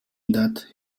that